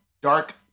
dark